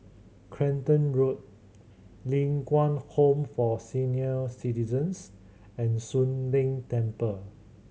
Clacton Road Ling Kwang Home for Senior Citizens and Soon Leng Temple